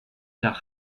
nach